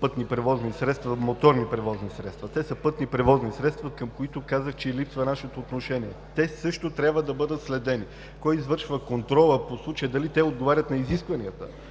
пътни превозни средства, а моторни превозни средства. Те са пътни превозни средства, към които, казах, че липсва нашето отношение. Те също трябва да бъдат следени – кой извършва контрола, дали отговарят на изискванията,